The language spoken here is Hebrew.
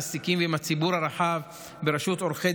מעסיקים ועם הציבור הרחב בראשות עורכי